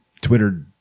Twitter